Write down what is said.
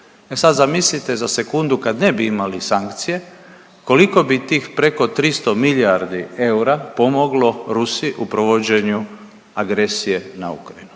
sad zamislite za sekundu kad ne bi imali sankcije koliko bi tih preko 300 milijardi eura pomoglo Rusiji u provođenju agresije na Ukrajinu,